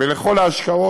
ולכל ההשקעות.